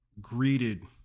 greeted